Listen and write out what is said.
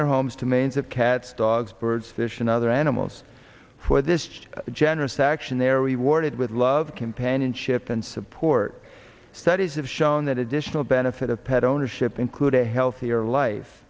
their homes to mainz of cats dogs birds fish and other animals for this generous action they're rewarded with love companionship and support studies have shown that additional benefit of pet ownership include a healthier life